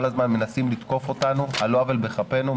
הזמן מנסים לתקוף אותנו על לא עוול בכפנו,